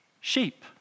sheep